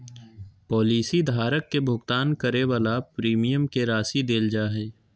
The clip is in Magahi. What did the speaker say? पॉलिसी धारक के भुगतान करे वाला प्रीमियम के राशि देल जा हइ